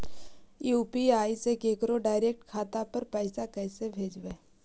UPI से केकरो direct खाता पर पैसा कैसे भेजबै?